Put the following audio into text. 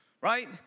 right